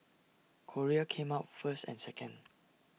Korea came out first and second